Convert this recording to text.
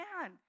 man